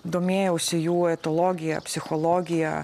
domėjausi jų etologija psichologija